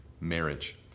marriage